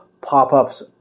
pop-ups